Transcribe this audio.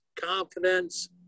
confidence